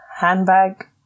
Handbag